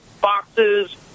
boxes